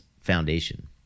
foundation